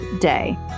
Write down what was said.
day